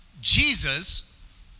Jesus